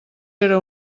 era